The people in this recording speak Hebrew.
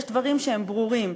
יש דברים שהם ברורים.